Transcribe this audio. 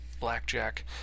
Blackjack